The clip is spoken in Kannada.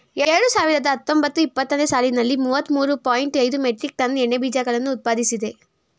ಎರಡು ಸಾವಿರದ ಹತ್ತೊಂಬತ್ತು ಇಪ್ಪತ್ತನೇ ಸಾಲಿನಲ್ಲಿ ಮೂವತ್ತ ಮೂರು ಪಾಯಿಂಟ್ ಐದು ಮೆಟ್ರಿಕ್ ಟನ್ ಎಣ್ಣೆ ಬೀಜಗಳನ್ನು ಉತ್ಪಾದಿಸಿದೆ